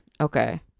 Okay